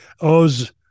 Oz